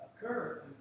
occur